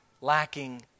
lacking